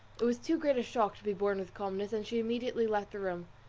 it was too great a shock to be borne with calmness, and she immediately left the room.